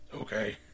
okay